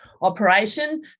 operation